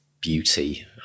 beauty